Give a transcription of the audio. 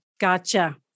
Gotcha